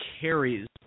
carries